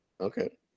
okay